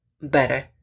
better